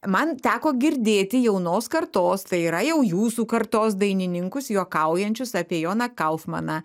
man teko girdėti jaunos kartos tai yra jau jūsų kartos dainininkus juokaujančius apie joną kaufmaną